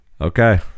Okay